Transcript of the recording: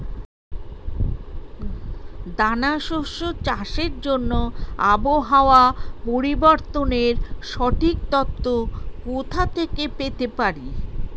দানা শস্য চাষের জন্য আবহাওয়া পরিবর্তনের সঠিক তথ্য কোথা থেকে পেতে পারি?